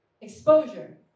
exposure